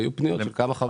היו פניות של כמה חברות.